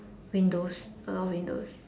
windows a lot of windows